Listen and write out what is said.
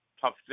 tough